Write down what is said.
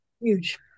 huge